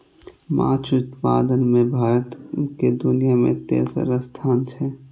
माछ उत्पादन मे भारत के दुनिया मे तेसर स्थान छै